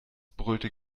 brüllte